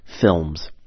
films